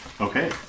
Okay